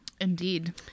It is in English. Indeed